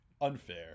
unfair